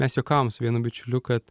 mes juokavom su vienu bičiuliu kad